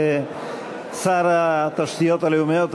שר התשתיות הלאומיות,